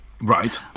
Right